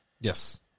Yes